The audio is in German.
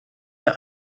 der